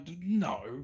No